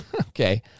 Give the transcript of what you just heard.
Okay